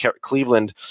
Cleveland